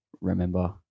remember